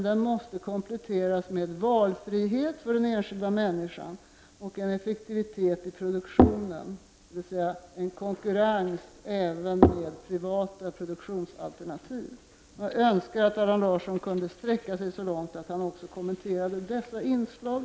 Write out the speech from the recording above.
Det måste kompletteras med valfrihet för den enskilda människan och effektivitet i produktionen, dvs. en konkurrens även med privata produktionsalternativ. Jag önskar att Allan Larsson kunde sträcka sig så långt att han även kunde kommentera dessa inslag.